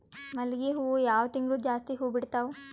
ಮಲ್ಲಿಗಿ ಹೂವು ಯಾವ ತಿಂಗಳು ಜಾಸ್ತಿ ಹೂವು ಬಿಡ್ತಾವು?